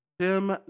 Jim